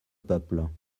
peuple